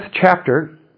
chapter